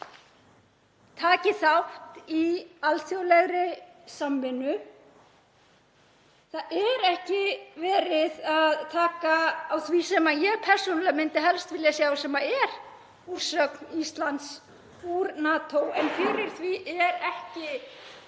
taki þátt í alþjóðlegri samvinnu. Það er ekki verið að taka á því sem ég persónulega myndi helst vilja sjá, sem er úrsögn Íslands úr NATO, en fyrir því er ekki